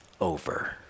over